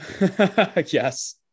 Yes